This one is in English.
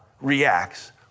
reacts